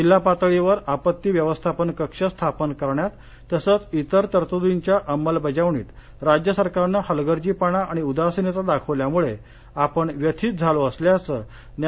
जिल्हा पातळीवर आपत्ती व्यवस्थापन कक्ष स्थापन करण्यात तसंच इतर तरतदींच्या अंमलबजावणीत राज्य सरकारनं हलगर्जीपणा आणि उदासिनता दाखवल्यामुळे आपण व्यथित झालो असल्याचं न्या